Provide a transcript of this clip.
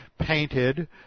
painted